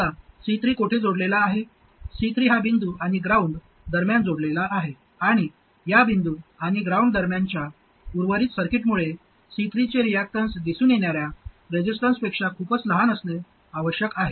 आता C3 कोठे जोडलेला आहे C3 हा बिंदू आणि ग्राउंड दरम्यान जोडलेला आहे आणि या बिंदू आणि ग्राउंड दरम्यानच्या उर्वरित सर्किटमुळे C3 चे रियाक्टन्स दिसून येणार्या रेसिस्टन्सपेक्षा खूपच लहान असणे आवश्यक आहे